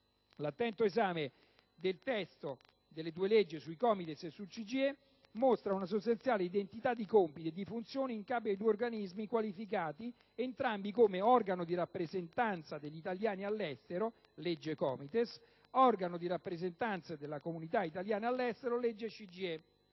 L'attento esame del testo delle due leggi sui COMITES e sul CGIE mostra una sostanziale identità di compiti e di funzioni in capo ai due organismi, qualificati entrambi come «organo di rappresentanza degli italiani all'estero» (legge COMITES, articolo 2) ed «organo di rappresentanza delle comunità italiane all'estero» (legge CGIE,